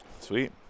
Sweet